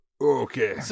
Okay